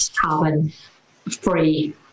carbon-free